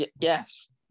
Yes